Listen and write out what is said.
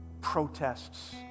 protests